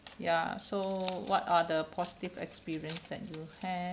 ya so what are the positive experience that you have